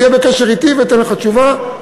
תהיה בקשר אתי ואתן לך תשובה.